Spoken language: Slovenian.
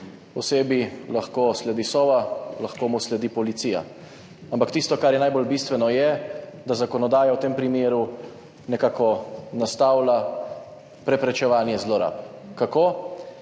osebi lahko sledi Sova, lahko ji sledi policija. Ampak tisto, kar je najbolj bistveno, je, da zakonodaja v tem primeru nekako nastavlja preprečevanje zlorab. Kako?